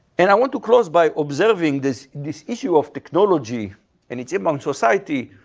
and i want to close by observing this this issue of technology and it's among society.